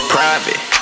Private